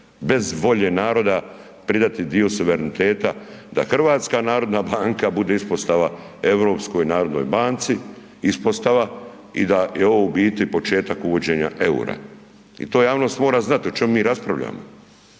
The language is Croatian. bez volje naroda pridati dio suvereniteta, da HNB bude ispostava Europskoj narodnoj banci, ispostava i da je ovo u biti početak uvođenja EUR-a i to javnost mora znat o čemu mi raspravljamo,